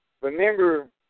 Remember